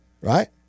Right